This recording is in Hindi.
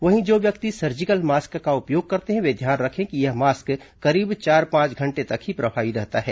वहीं जो व्यक्ति सर्जिकल मास्क का उपयोग करते हैं वे ध्यान रखें कि यह मास्क करीब चार पांच घंटे तक ही प्रभावी रहता है